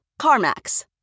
CarMax